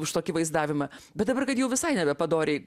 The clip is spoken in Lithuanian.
už tokį vaizdavimą bet dabar kad jau visai nebepadoriai